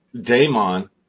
daemon